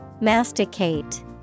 Masticate